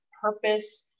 purpose